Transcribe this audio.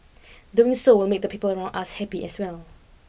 doing so will make the people around us happy as well